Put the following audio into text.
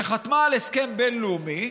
שחתמה על הסכם בין-לאומי,